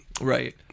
right